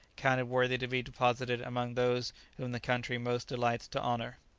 counted worthy to be deposited amongst those whom the country most delights to honour.